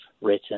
written